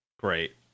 Great